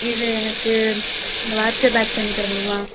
இதை எனக்கு இந்த வாட்சை பேக் பண்ணித் தரமுடியுமா